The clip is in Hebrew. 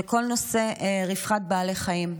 זה כל נושא רווחת בעלי חיים.